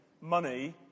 money